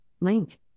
link